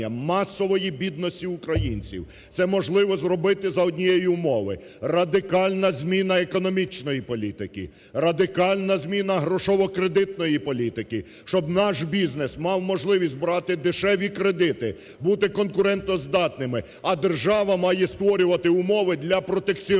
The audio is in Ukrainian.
масової бідності українців. Це можливо зробити за однієї умови. Радикальна зміна економічної політики. Радикальна зміна грошово-кредитної політики. Щоб наш бізнес мав можливість брати дешеві кредити, бути конкурентоздатними. А держава має створювати умови для протекціонізму